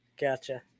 Gotcha